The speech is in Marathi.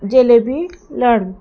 जिलेबी लाडू